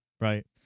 Right